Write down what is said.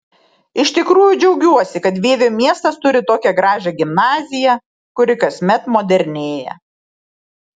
iš tikrųjų džiaugiuosi kad vievio miestas turi tokią gražią gimnaziją kuri kasmet modernėja